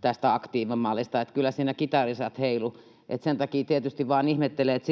tästä aktiivimallista, että kyllä siinä kitarisat heiluivat. Sen takia tietysti vain ihmettelee, että